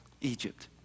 Egypt